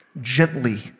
gently